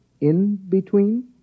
in-between